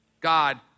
God